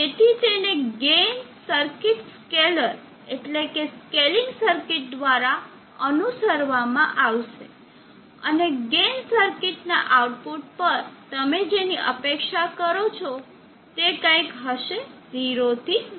તેથી તેને gain circuit scaler એટલે કે સ્કેલિંગ સર્કિટ દ્વારા અનુસરવામાં આવશે અને ગેઇન સર્કિટ ના આઉટપુટ પર તમે જેની અપેક્ષા કરો છો તે આ કંઈક હશે 0 થી 1